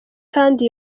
kandi